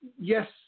Yes